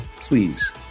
please